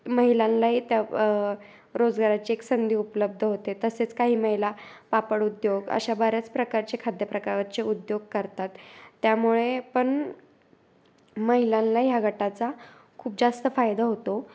महिलांनाही त्या रोजगाराची एक संधी उपलब्ध होते तसेच काही महिला पापड उद्योग अशा बऱ्याच प्रकारचे खाद्य प्रकारचे उद्योग करतात त्यामुळे पण महिलांना ह्या गटाचा खूप जास्त फायदा होतो